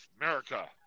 America